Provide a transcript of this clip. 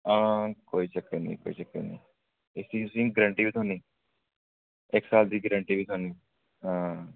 आं कोई चक्कर निं कोई चक्कर निं इसदी तुसेंगी गारंटी बी थ्होनी इक्क साल दी गारंटी बी थ्होनी आं